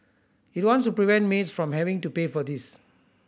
it wants to prevent maids from having to pay for this